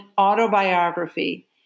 autobiography